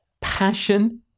passion